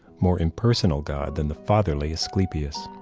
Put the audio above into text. more impersonal god than the fatherly asclepius.